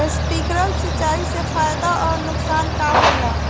Sprinkler सिंचाई से फायदा अउर नुकसान का होला?